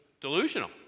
delusional